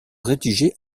rédigées